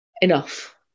Enough